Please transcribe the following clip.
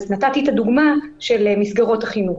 אז נתתי את הדוגמה של מסגרות החינוך.